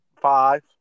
five